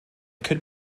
could